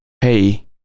hey